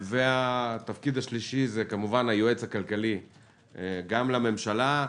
כובע שלישי היועץ הכלכלי גם לממשלה,